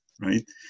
right